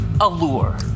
allure